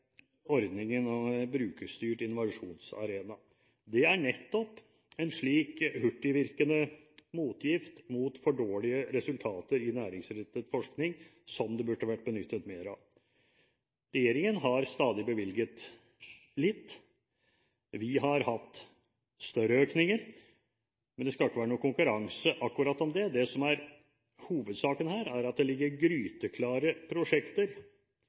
ordningen Brukerstyrt innovasjonsarena. Det er nettopp en slik hurtigvirkende motgift mot for dårlige resultater i næringsrettet forskning som det burde vært benyttet mer av. Regjeringen har stadig bevilget litt – vi har hatt større økninger – men det skal ikke være noen konkurranse om akkurat det. Det som er hovedsaken her, er at det ligger gryteklare prosjekter